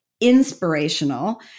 inspirational